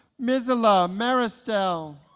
misela meristil